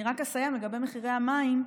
אני רק אסיים לגבי מחירי המים,